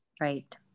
Right